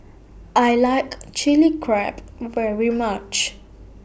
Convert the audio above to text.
I like Chilli Crab very much